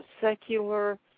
secular